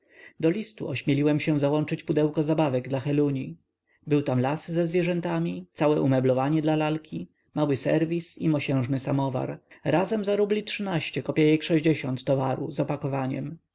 do listu ośmieliłem się załączyć pudełko zabawek dla heluni był tam las ze zwierzętami całe umeblowanie dla lalki mały serwis i mosiężny samowar razem za rs kop towaru z opakowaniem